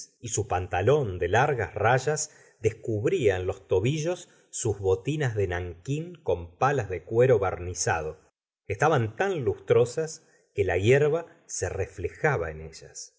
y su pantalón de largas rayas descubría en los tobillos gustavo flaubert sus botinas de nankin con palas de cuero barnizado estaban tan lustrosas que la hierba se reflejaba en ellas